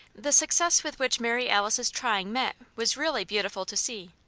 the success with which mary alice's trying met was really beautiful to see.